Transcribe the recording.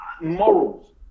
Morals